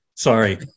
Sorry